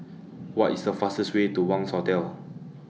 What IS The fastest Way to Wangz Hotel